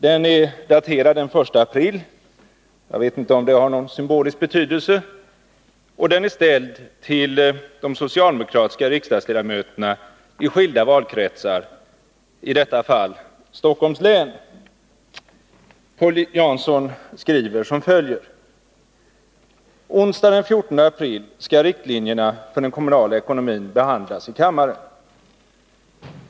Den är daterad den 1 april — jag vet inte om det har någon symbolisk betydelse — och den är ställd till de socialdemokratiska riksdagsledamöterna i skilda valkretsar, i detta fall Stockholms län. Paul Jansson skriver följande: ”Onsdagen den 14 april skall riktlinjerna för den kommunala ekonomin behandlas i kammaren.